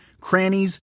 crannies